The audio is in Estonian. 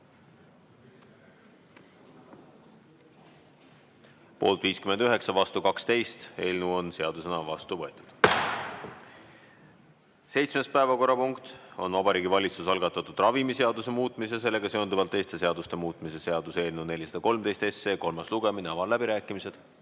Poolt 59, vastu 12. Eelnõu on seadusena vastu võetud. Seitsmes päevakorrapunkt on Vabariigi Valitsuse algatatud ravimiseaduse muutmise ja sellega seonduvalt teiste seaduste muutmise seaduse eelnõu 413 kolmas lugemine. Avan läbirääkimised.